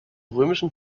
römischen